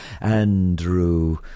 Andrew